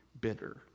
bitter